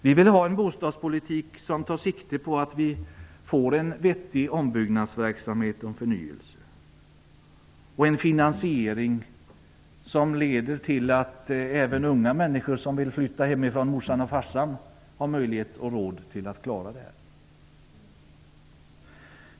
Vi vill ha en bostadspolitik som tar sikte på att vi får en vettig ombyggnadsverksamhet, förnyelse och en finansiering som leder till att även unga människor som vill flytta från morsan och farsan har råd och möjlighet att klara det.